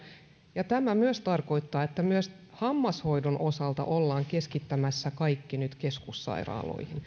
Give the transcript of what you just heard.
ja tämä tarkoittaa että myös hammashoidon osalta ollaan nyt keskittämässä kaikki keskussairaaloihin